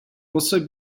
also